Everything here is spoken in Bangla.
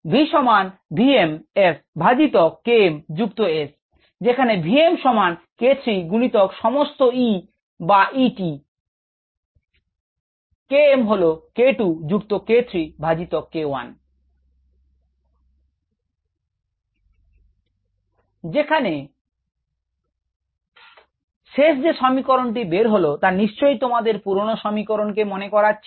v সমান v m S ভাজিতক K mযুক্ত S যেখানে v m সমান k 3 গুনিতক সমস্ত E বা E t ও K m হল k 2 যুক্ত k 3 ভাজিতক k 1 যেখানে শেষ যে সমীকরণটি বের হলো তা নিশ্চয়ই তোমাদের পুরনো সমীকরণটি কে মনে করাচ্ছে